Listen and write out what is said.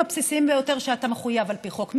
הבסיסיים ביותר שאתה מחויב להם על פי חוק.